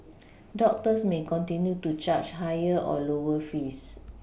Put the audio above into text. doctors may continue to charge higher or lower fees